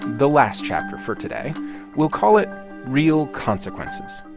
the last chapter for today we'll call it real consequences